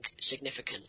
significant